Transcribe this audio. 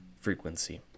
frequency